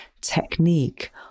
technique